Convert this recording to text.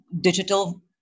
digital